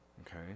Okay